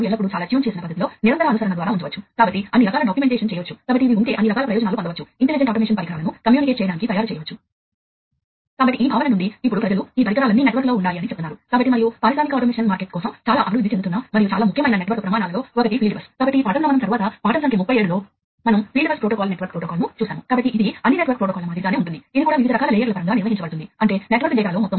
fieldbus కోసం విస్తృతమైన విశ్లేషణ సదుపాయం అందించబడింది ఫీల్డ్ కంట్రోల్కు కూడా మద్దతు ఉంది PIDల వంటి కంట్రోలర్ల ను పరికరాల్లో అమర్చవచ్చు మరియు వాటిని మొత్తం స్టేషన్ నుండి ఆదేశించవచ్చు వాటిని కన్ఫిగర్ చేయవచ్చు కాబట్టి అలాంటి ఫీల్డ్ లెవల్ కంట్రోల్ సపోర్ట్ ఫీల్డ్బస్లో ఉంది అయితే 4 20 mA లూప్లో ఏదీ లేదు